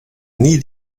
nie